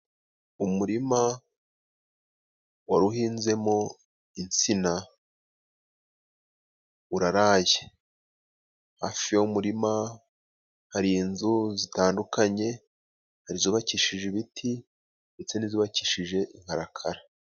Umurima waruhinzemo insina uraraye, hafi yuwo murima hari inzu zitandukanye zubakishije ibiti ndetse n'izubakishije inkarakara.